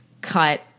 cut